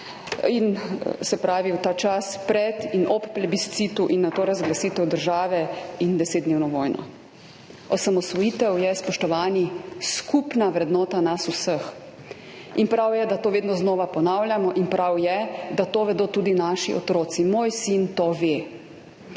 se pravi v ta čas pred in ob plebiscitu in nato razglasitev države in desetdnevno vojno. Osamosvojitev je, spoštovani, skupna vrednota nas vseh. In prav je, da to vedno znova ponavljamo, in prav je, da to vedo tudi naši otroci. Moj sin to ve.